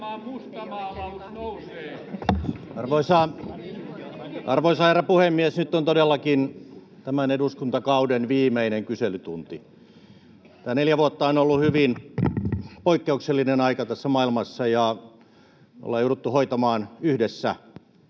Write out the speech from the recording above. Arvoisa herra puhemies! Nyt on todellakin tämän eduskuntakauden viimeinen kyselytunti. Tämä neljä vuotta on ollut hyvin poikkeuksellinen aika maailmassa, ja ollaan jouduttu hoitamaan yhdessä